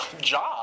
job